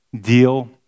deal